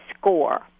SCORE